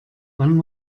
wann